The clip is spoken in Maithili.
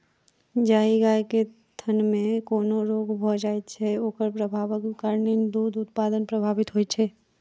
जाहि गाय के थनमे कोनो रोग भ जाइत छै, ओकर प्रभावक कारणेँ दूध उत्पादन प्रभावित होइत छै